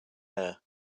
air